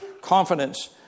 confidence